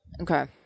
Okay